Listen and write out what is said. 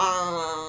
uh